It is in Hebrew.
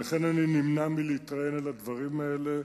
לכן אני נמנע מלהתראיין על הדברים האלה.